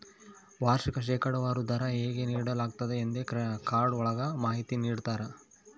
ವಾರ್ಷಿಕ ಶೇಕಡಾವಾರು ದರ ಹೇಗೆ ನೀಡಲಾಗ್ತತೆ ಎಂದೇ ಕಾರ್ಡ್ ಒಳಗ ಮಾಹಿತಿ ನೀಡಿರ್ತರ